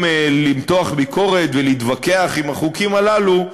למתוח ביקורת ולהתווכח על החוקים הללו,